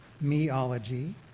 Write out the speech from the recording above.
me-ology